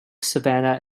savanna